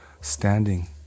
standing